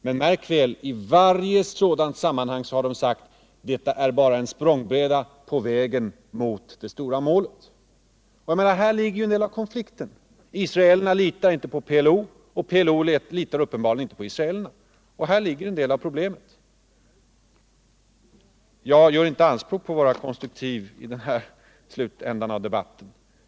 Men, märk väl, i varje sådant sammanhang har de sagt att detta bara är en språngbräda på vägen mot det stora målet. Här ligger en del av konflikten. Israelerna litar inte på PLO, och PLO litar uppenbarligen inte på israelerna. Jag gör inte anspråk på att vara konstruktiv så här i slutet på debatten.